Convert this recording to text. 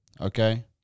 Okay